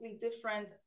different